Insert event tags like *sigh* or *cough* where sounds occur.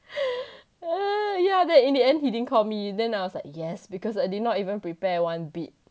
*noise* yeah then in the end he didn't call me then I was like yes because I did not even prepare one bit